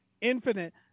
infinite